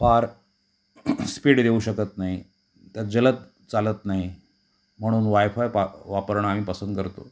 फार स्पीड देऊ शकत नाही तर जलद चालत नाही म्हणून वाय फाय पा वापरणं आम्ही पसंत करतो